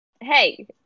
Hey